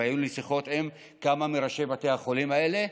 והיו לי שיחות עם כמה מראשי בתי החולים האלה,